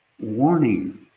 warning